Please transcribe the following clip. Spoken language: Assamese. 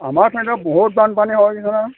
আমাৰ ছাইদত বহুত বানপানী হৈছে নহয়